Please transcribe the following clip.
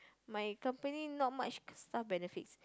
my company no much staff benefit